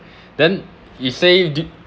then he say